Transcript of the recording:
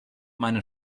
meine